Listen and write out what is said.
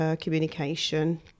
Communication